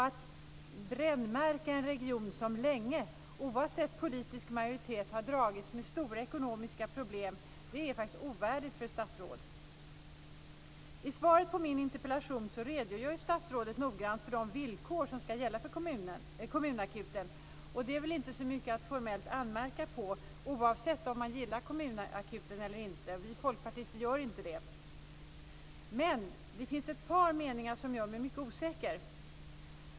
Att "brännmärka" en region som länge, oavsett politisk majoritet, har dragits med stora ekonomiska problem är ovärdigt för ett statsråd. I svaret på min interpellation redogör statsrådet noggrant för de villkor som ska gälla för kommunakuten. Det är väl inte så mycket att formellt anmärka på, oavsett om man gillar kommunakuten eller inte - vi folkpartister gör inte det. Men det finns ett par meningar som gör mig mycket osäker.